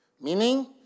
Meaning